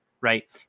right